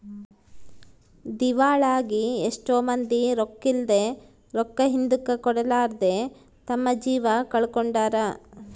ದಿವಾಳಾಗಿ ಎಷ್ಟೊ ಮಂದಿ ರೊಕ್ಕಿದ್ಲೆ, ರೊಕ್ಕ ಹಿಂದುಕ ಕೊಡರ್ಲಾದೆ ತಮ್ಮ ಜೀವ ಕಳಕೊಂಡಾರ